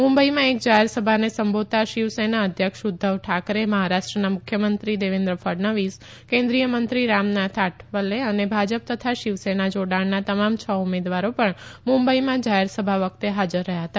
મુંબઈમાં એક જાહેર સભાને સંબોધતા શિવસેના અધ્યક્ષ ઉધ્ધવ ઠાકરે મહારાષ્ટ્રના મુખ્યમંત્રી દેવેન્દ્ર ફડણવીસ કેન્દ્રીય મંત્રી રામનાથ આઠવલે અને ભાજપ તથા શિવસેના જાડાણના તમામ છ ઉમેદવારો પણ મુંબઈમાં જાહેર સભા વખતે હાજર રહયાં હતા